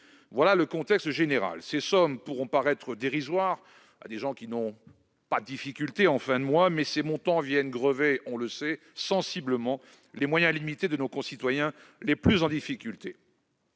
est le contexte général. Ces sommes pourront paraître dérisoires à des gens qui n'ont pas de difficultés en fin de mois, mais elles viennent sensiblement grever les moyens limités de nos concitoyens les plus en difficulté.